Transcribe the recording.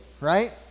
right